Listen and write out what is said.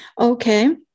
Okay